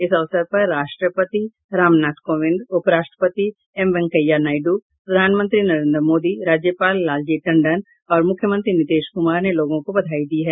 इस अवसर पर राष्ट्रपति रामनाथ कोविंद उप राष्ट्रपति एम वेंकैया नायडू प्रधानमंत्री नरेन्द्र मोदी राज्यपाल लालजी टंडन और मुख्यमंत्री नीतीश कुमार ने लोगों को बधाई दी है